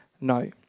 no